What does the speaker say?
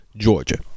Georgia